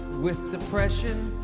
with depression,